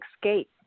escape